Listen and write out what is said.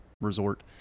resort